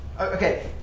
okay –